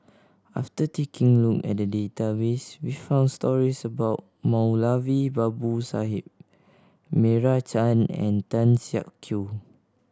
after taking a look at the database we found stories about Moulavi Babu Sahib Meira Chand and Tan Siak Kew